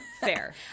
Fair